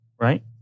right